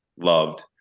loved